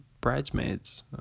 Bridesmaids